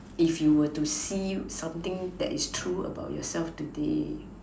if you were to see something that is true about yourself today